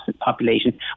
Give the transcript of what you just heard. population